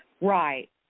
Right